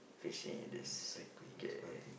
fishing it is okay